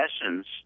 essence